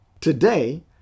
Today